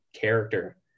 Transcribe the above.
character